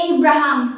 Abraham